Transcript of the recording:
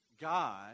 God